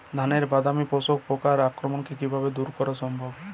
ধানের বাদামি শোষক পোকার আক্রমণকে কিভাবে দূরে করা সম্ভব?